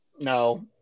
No